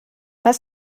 was